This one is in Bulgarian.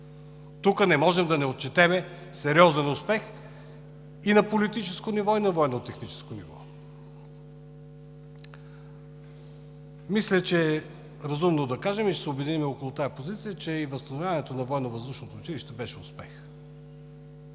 Тук не можем да не отчетем сериозен успех и на политическо ниво, и на военно-техническо ниво. Мисля, че е разумно да кажем, и ще се обединим около тази позиция, че и възстановяването на военновъздушното